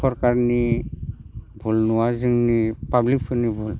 सरखारनि भुल नङा जोंनि पाब्लिकफोरनि भुल